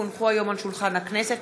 כי הונחו היום על שולחן הכנסת,